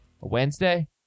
Wednesday